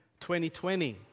2020